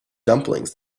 dumplings